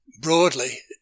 broadly